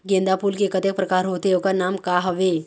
गेंदा फूल के कतेक प्रकार होथे ओकर नाम का हवे?